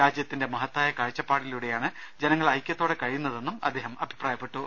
രാജ്യത്തിന്റെ മഹത്തായ കാഴ്ചപ്പാടിലൂടെയാണ് ജനങ്ങൾ ഐക്യത്തോടെ കഴിയുന്നതെന്നും അദ്ദേഹം പറഞ്ഞു